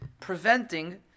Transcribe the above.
preventing